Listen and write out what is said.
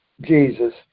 Jesus